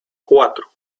cuatro